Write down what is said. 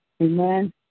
Amen